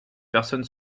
personne